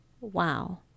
Wow